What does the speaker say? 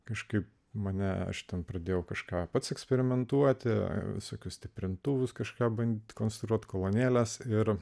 kažkaip mane aš ten pradėjau kažką pats eksperimentuoti visokius stiprintuvus kažką bandyti konstruoti kolonėles ir